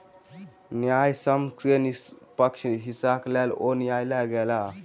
न्यायसम्य के निष्पक्ष हिस्साक लेल ओ न्यायलय गेला